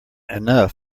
enough